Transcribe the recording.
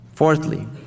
Fourthly